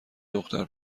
دختر